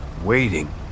waiting